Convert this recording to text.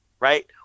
Right